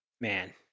man